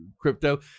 crypto